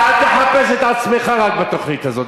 אתה אל תחפש רק את עצמך בתוכנית הזאת,